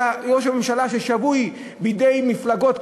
אלא שראש הממשלה שבוי בידי מפלגות,